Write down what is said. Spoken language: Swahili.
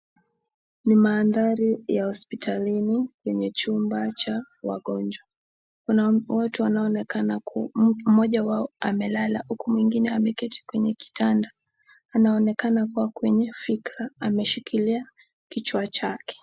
Ni mahadhari ya hospitalini kwenye chumba cha wagonjwa. Kuna watu ambao wanaonekana kuwa moja wao amelala huku mwingine ameketi kwenye kitanda, anaonekana kuwa kwenye fikra ameshikilia kichwa chake.